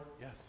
yes